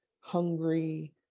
hungry